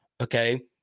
okay